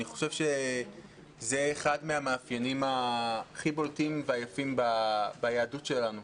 אני חושב שזה אחד המאפיינים הכי בולטים והיפים ביהדות שלנו,